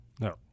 No